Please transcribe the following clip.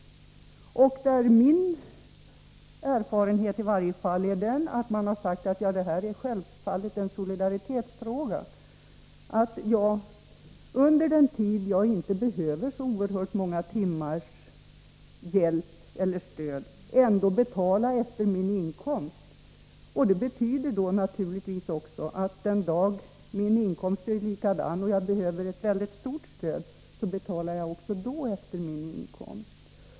Min erfarenhet är att man tycker att det här självfallet är en solidaritetsfråga. Man betalar alltså efter inkomst även då man inte behöver så oerhört många timmars hjälp. Det betyder naturligtvis att man också den dag då man behöver mycket mer hjälp betalar efter sin inkomst.